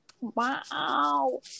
wow